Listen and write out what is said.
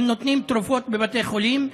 הם נותנים תרופות בבתי חולים,